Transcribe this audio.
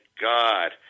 God